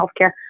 healthcare